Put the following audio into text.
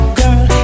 girl